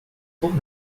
por